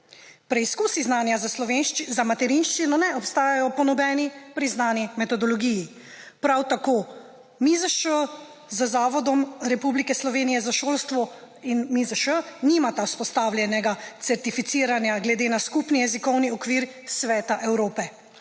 Preizkusi znanja za materinščino ne obstajajo po nobeni priznani metodologiji. Prav tako Zavod Republike Slovenije za šolstvo in MIZŠ nimata vzpostavljenega certificiranja glede na skupni jezikovni okvir Sveta Evrope.